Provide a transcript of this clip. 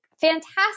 fantastic